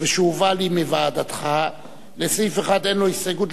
והובאה לי מוועדתך, לסעיף 1 אין הסתייגות.